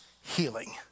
healing